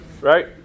Right